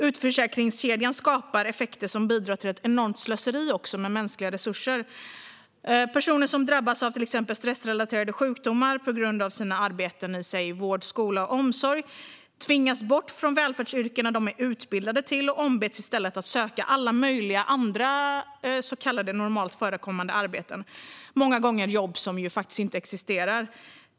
Utförsäkringskedjan skapar också effekter som bidrar till ett enormt slöseri med mänskliga resurser. Personer som drabbats av till exempel stressrelaterade sjukdomar på grund av sina arbeten i vård, skola eller omsorg tvingas bort från de välfärdsyrken de är utbildade till och ombeds i stället att söka alla möjliga andra så kallade normalt förekommande arbeten - många gånger jobb som faktiskt inte existerar.